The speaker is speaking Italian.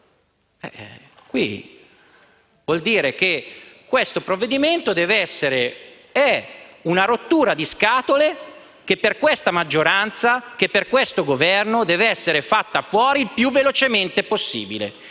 Significa che questo provvedimento è una rottura di scatole, che per questa maggioranza e per questo Governo deve essere fatta fuori il più velocemente possibile: